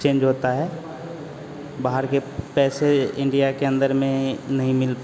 change होता है बाहर के पैसे इंडिया के अंदर में नहीं मिल